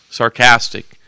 sarcastic